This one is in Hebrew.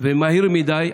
ומהיר מדי.